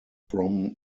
from